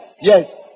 Yes